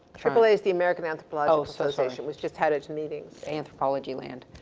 triple a is the american anthropologic association, which just had it's meeting. anthropology land.